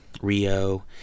rio